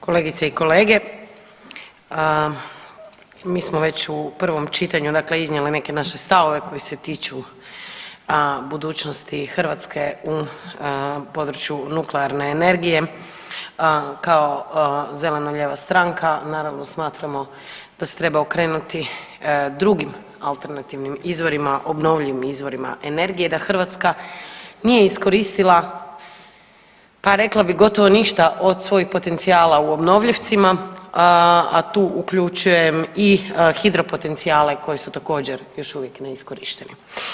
Kolegice i kolege, mi smo već u prvom čitanju dakle iznijeli neke naše stavove koji se tiču budućnosti Hrvatske u području nuklearne energije kao zeleno lijeva stranka naravno smatramo da se treba okrenuti drugim alternativnim izvorima, obnovljivim izvorima energije, da Hrvatska nije iskoristila pa rekla bi gotovo ništa od svojih potencijala u obnovljivcima, a tu uključujem i hidropotencijale koji su također još uvijek neiskorišteni.